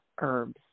herbs